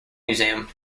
museum